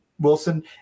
Wilson